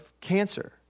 cancer